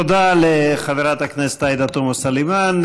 תודה לחברת הכנסת עאידה תומא סלימאן.